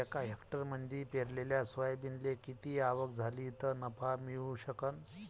एका हेक्टरमंदी पेरलेल्या सोयाबीनले किती आवक झाली तं नफा मिळू शकन?